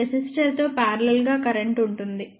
రెసిస్టర్తో parallel గా current ఉంటుంది